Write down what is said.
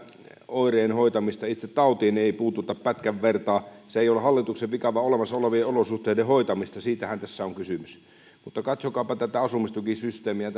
oireen hoitamista ja itse tautiin ei puututa pätkän vertaa se ei ole hallituksen vika vaan olemassa olevien olosuhteiden hoitamista siitähän tässä on kysymys mutta katsokaapa tätä asumistukisysteemiä